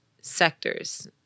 sectors